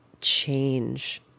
change